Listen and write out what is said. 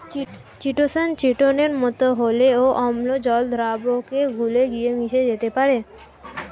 chitosan চিটোনের মতো হলেও অম্ল জল দ্রাবকে গুলে গিয়ে মিশে যেতে পারে